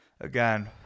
again